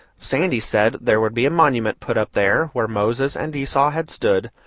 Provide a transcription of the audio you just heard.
sandy said there would be a monument put up there, where moses and esau had stood,